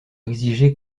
exiger